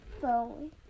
phone